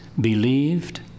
Believed